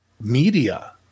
media